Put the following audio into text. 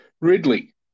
Ridley